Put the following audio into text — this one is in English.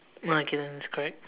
oh okay then is correct